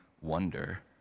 wonder